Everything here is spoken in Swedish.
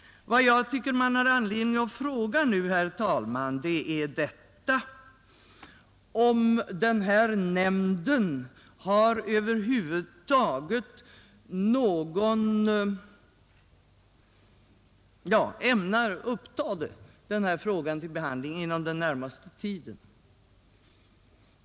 Vad jag tycker att man har anledning att fråga nu, herr talman, är om den här nämnden över huvud taget ämnar uppta denna fråga till behandling inom den närmaste tiden.